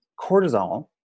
cortisol